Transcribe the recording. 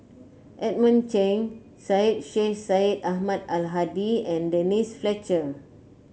Edmund Cheng Syed Sheikh Syed Ahmad Al Hadi and Denise Fletcher